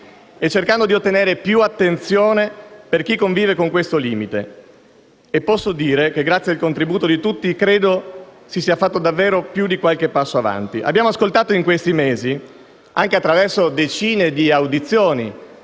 e cercando di ottenere più attenzione per chi convive con questo limite e posso dire che, grazie al contributo di tutti, credo si sia fatto davvero più di qualche passo avanti. Abbiamo ascoltato in questi mesi, anche attraverso decine di audizioni